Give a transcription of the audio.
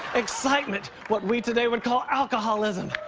excitement. what we today would call alcoholism.